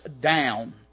down